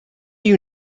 you